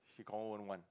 she confirm wouldn't one